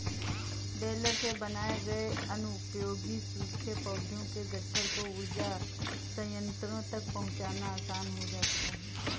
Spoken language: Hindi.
बेलर से बनाए गए अनुपयोगी सूखे पौधों के गट्ठर को ऊर्जा संयन्त्रों तक पहुँचाना आसान हो जाता है